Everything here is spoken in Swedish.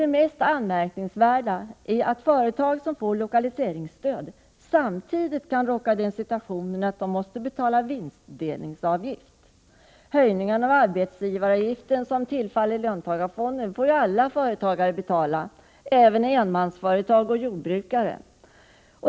Det mest anmärkningsvärda är att företag som får lokaliseringsstöd samtidigt kan råka in i den situationen att de måste betala vinstdelningsavgift. Höjningen av arbetsgivaravgiften, som tillfaller löntagarfonden, får alla företagare betala — även enmansföretag och jordbrukare.